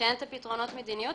כשאין את הפתרונות ברמת המדינה,